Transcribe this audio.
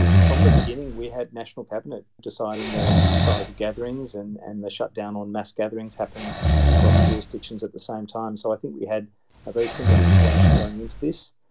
from the beginning we had national cabinet deciding the size of gatherings and and the shutdown on mass gatherings happened across jurisdictions at the same time, so i think we had a very similar situation going into this.